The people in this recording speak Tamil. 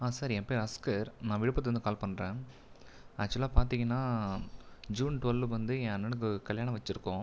சார் என் பேயர் அஸ்கர் நான் விழுப்புரத்லேருந்து கால் பண்ணுறன் ஆக்ச்வலாக பார்த்தீங்கன்னா ஜூன் ட்வெல் வந்து என் அண்ணனுக்கு கல்யாணம் வச்சுருக்கோம்